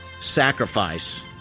sacrifice